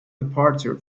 departure